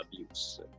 abuse